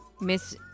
Miss